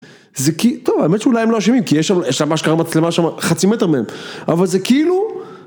טוב, האמת שאולי הם לא אשמים, כי יש שם מה שקרה, מצלמה שם חצי מטר מהם, אבל זה כאילו...